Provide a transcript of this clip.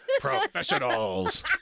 Professionals